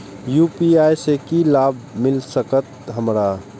UPI से की लाभ मिल सकत हमरा?